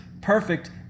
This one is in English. perfect